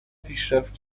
پیشرفت